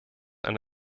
ein